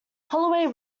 holloway